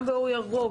גם באור ירוק,